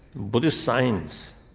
buddhist science,